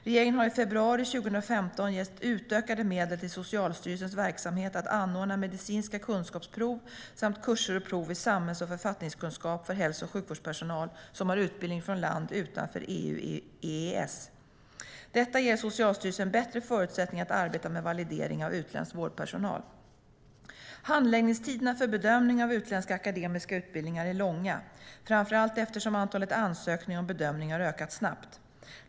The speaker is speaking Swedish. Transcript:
Regeringen har i februari 2015 gett utökade medel till Socialstyrelsens verksamhet att anordna medicinska kunskapsprov samt kurser och prov i samhälls och författningskunskap för hälso och sjukvårdpersonal som har utbildning från ett land utanför EU/EES. Detta ger Socialstyrelsen bättre förutsättningar att arbeta med validering av utländsk vårdpersonal. Handläggningstiderna för bedömning av utländska akademiska utbildningar är långa, framför allt eftersom antalet ansökningar om bedömning har ökat snabbt.